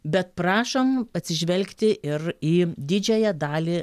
bet prašom atsižvelgti ir į didžiąją dalį